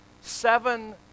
seven